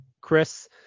Chris